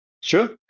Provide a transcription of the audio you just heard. sure